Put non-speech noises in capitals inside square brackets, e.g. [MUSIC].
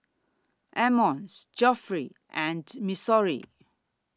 Emmons Geoffrey and Missouri [NOISE]